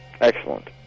Excellent